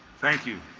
thank you